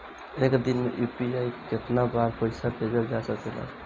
एक दिन में यू.पी.आई से केतना बार पइसा भेजल जा सकेला?